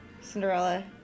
Cinderella